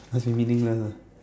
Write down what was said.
must be meaningless ah